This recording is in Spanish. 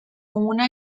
una